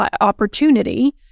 opportunity